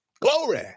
glory